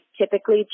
typically